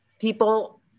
People